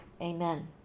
amen